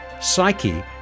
Psyche